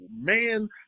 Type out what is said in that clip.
Man